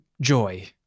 joy